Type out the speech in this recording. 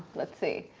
let's see.